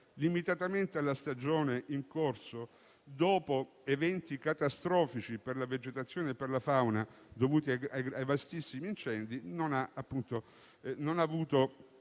limitatamente alla stagione in corso, dopo eventi catastrofici per la vegetazione e la fauna dovuti ai vastissimi incendi. A mio